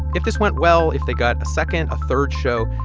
if this went well, if they got second, a third show,